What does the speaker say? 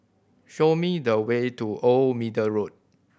show me the way to Old Middle Road